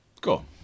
cool